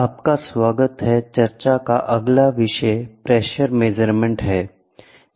आपका स्वागत है चर्चा का अगला विषय प्रेशर मेजरमेंट है